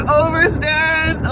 overstand